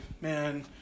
man